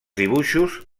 dibuixos